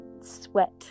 sweat